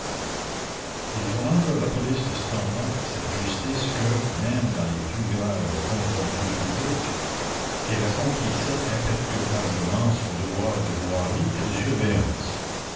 il faut rendre à la police de ce temps-là cette justice que même dans les plus graves conjonctures publiques elle accomplissait imperturbablement son devoir de voirie et de surveillance